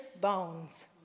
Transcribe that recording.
bones